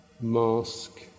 mask